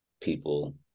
people